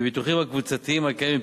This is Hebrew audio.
בביטוחים הקבוצתיים הקיימים,